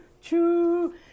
choo